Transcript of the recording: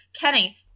Kenny